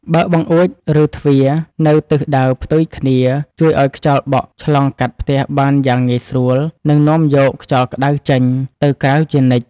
បើកបង្អួចឬទ្វារនៅទិសដៅផ្ទុយគ្នាជួយឱ្យខ្យល់បក់ឆ្លងកាត់ផ្ទះបានយ៉ាងងាយស្រួលនិងនាំយកខ្យល់ក្តៅចេញទៅក្រៅជានិច្ច។